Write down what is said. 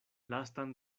lastan